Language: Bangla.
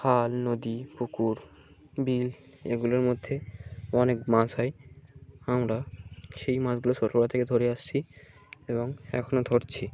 খাল নদী পুকুর বিল এগুলোর মধ্যে অনেক মাছ হয় আমরা সেই মাছগুলো ছোটবেলা থেকে ধরে আসছি এবং এখনও ধরছি